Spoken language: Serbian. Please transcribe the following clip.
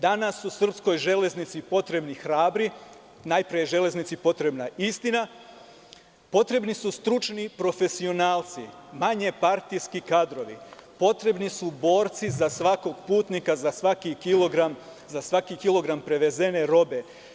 Danas su Srpskoj železnici potrebni hrabri, najpre je železnici potrebna istina, potrebni su stručni profesionalci, najmanje partijski kadrovi, potrebni su borci za svakog putnika, za svaki kilogram prevezene robe.